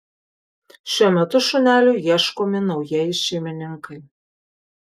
šiuo metu šuneliui ieškomi naujieji šeimininkai